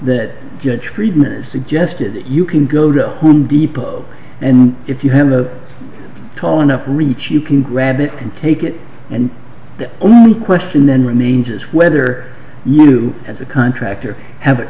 that judge friedman suggested you can go to home depot and if you have a tall enough reach you can grab it can take it and the only question then remains is whether you as a contractor have a